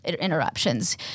interruptions